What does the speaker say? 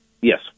Yes